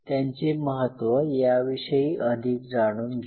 त्यांचे महत्त्व याविषयी अधिक जाणून घेऊ